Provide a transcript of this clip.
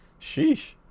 sheesh